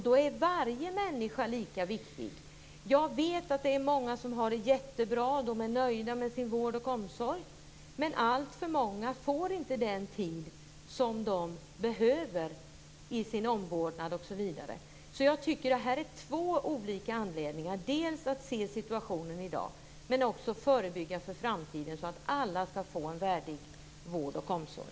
Då är varje människa lika viktig. Jag vet att det är många som har det jättebra och är nöjda med sin vård och omsorg. Men alltför många får inte den tid som de behöver i sin omvårdnad, osv. Det finns två olika saker. Det gäller att se situationen i dag men också att förebygga för framtiden så att alla skall få en värdig vård och omsorg.